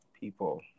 people